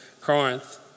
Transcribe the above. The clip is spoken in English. Corinth